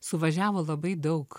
suvažiavo labai daug